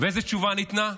ואיזו תשובה ניתנה?